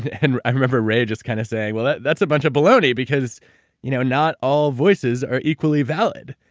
and i remember ray just kind of say well, that's a bunch of baloney because you know not all voices are equally valid.